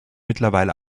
mittlerweile